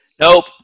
Nope